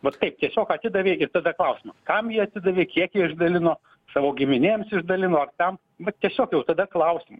vat taip tiesiog atidavė ir tada klausimas kam jie atidavė kiek jie išdalino savo giminėms išdalino ar piam vat tiesiog jau tada klausimu